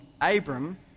Abram